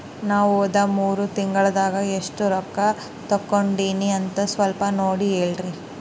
ನಾ ಹೋದ ಮೂರು ತಿಂಗಳದಾಗ ಎಷ್ಟು ರೊಕ್ಕಾ ತಕ್ಕೊಂಡೇನಿ ಅಂತ ಸಲ್ಪ ನೋಡ ಹೇಳ್ರಿ